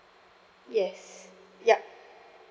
yes yup